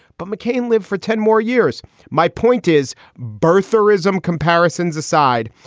but mccain lived for ten more years. my point is birtherism, comparisons aside,